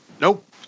Nope